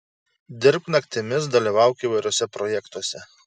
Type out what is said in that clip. dirbk naktimis dalyvauk įvairiuose projektuose